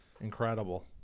incredible